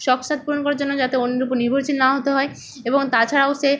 শখ সাধ পূরণ করার জন্য যাতে অন্যের ওপর নির্ভরশীল না হতে হয় এবং তাছাড়াও সে